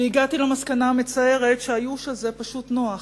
והגעתי למסקנה המצערת שהייאוש הזה פשוט נוח,